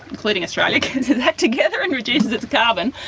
including australia, gets its act together and reduces its carbon,